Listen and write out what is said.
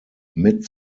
mid